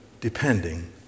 depending